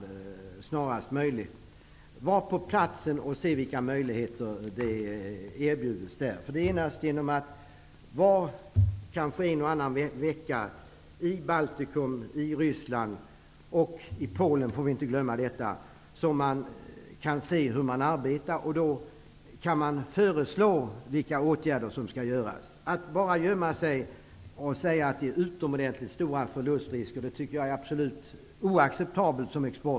Det är viktigt att vara på plats och se vilka möjligheter som där kan erbjudas. Det är endast genom att vistas en eller annan vecka i Baltikum, i Ryssland och i Polen som man kan se hur de arbetar där. Då kan man också föreslå vilka åtgärder som skall vidtas. Att som Exportkreditnämnden gör bara gömma sig och säga att det är fråga om utomordentligt stora förlustrisker, tycker jag är oacceptabelt.